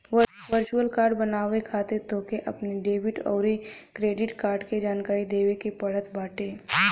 virtual card बनवावे खातिर तोहके अपनी डेबिट अउरी क्रेडिट कार्ड के जानकारी देवे के पड़त बाटे